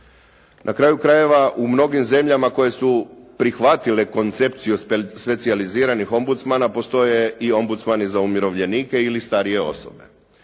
Na kraju krajeva u mnogim zemljama koje su prihvatile koncepciju specijaliziranih Ombudsmana postoje i Ombudsmani za umirovljenike ili starije osobe.